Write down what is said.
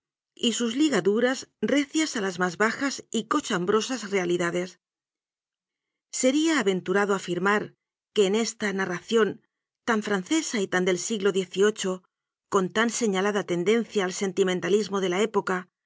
y sus ligaduras recias a las más bajas y cochambrosas realidades seria aventu rado afirmar que en esta narración tan francesa y tan del siglo xviii con tan señalada tendencia al sentimentalismo de la época